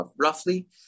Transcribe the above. roughly